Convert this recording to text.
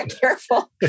careful